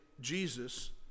Jesus